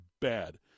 bad